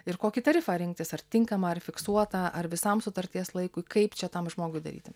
ir kokį tarifą rinktis ar tinkamą ar fiksuotą ar visam sutarties laikui kaip čia tam žmogui daryti